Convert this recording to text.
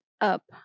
up